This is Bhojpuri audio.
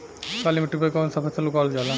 काली मिट्टी पर कौन सा फ़सल उगावल जाला?